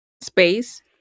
space